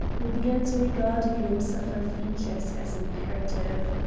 i began to regard a glimpse of her features as imperative.